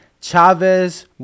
Chavez